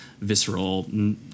visceral